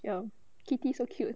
ya kitty so cute